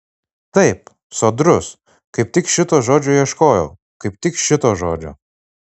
taip sodrus kaip tik šito žodžio ieškojau kaip tik šito žodžio